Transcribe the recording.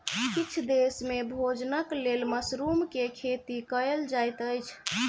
किछ देस में भोजनक लेल मशरुम के खेती कयल जाइत अछि